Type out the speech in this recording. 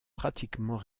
pratiquement